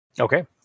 Okay